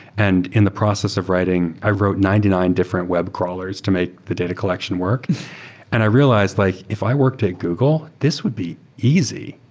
and in the process of writing, i wrote ninety nine different web crawlers to make the data collection work and i realized like, if i worked at google, this would be easy.